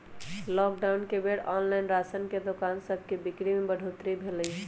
lockdown के बेर online राशन के दोकान सभके बिक्री में बढ़ोतरी भेल हइ